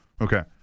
Okay